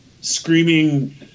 screaming